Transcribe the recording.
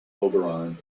oberon